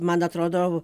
man atrodo